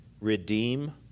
redeem